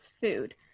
food